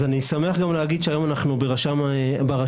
אז אני שמח גם להגיד שאנחנו ברשם לענייני